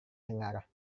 dengar